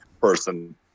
person